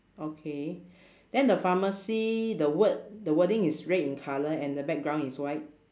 okay then the pharmacy the word the wording is red in colour and the background is white